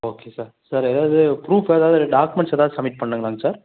okay sir sir எதாவது proof எதாவது இல்லை டாக்குமென்ட்ஸ் எதாவது சப்மிட் பண்ணனுங்களா சார்